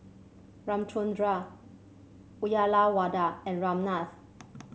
Ramchundra Uyyalawada and Ramnath